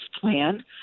plan